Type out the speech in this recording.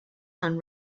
and